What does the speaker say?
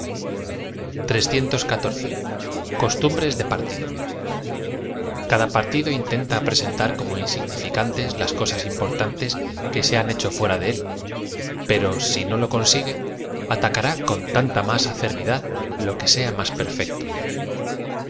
costumbres de partido cada partido iotenta presentar como iusignificantos las cosas importantes que se han hecho fuera de él pero si do lo consigue atacará cod tanta más acer bidad lo que sea más perfecto